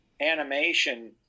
animation